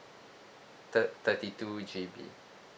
thir~ thirty two G_B